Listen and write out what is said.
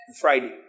Friday